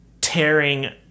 tearing